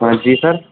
हाँ जी सर